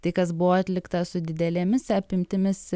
tai kas buvo atlikta su didelėmis apimtimis